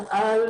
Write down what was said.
על